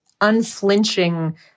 unflinching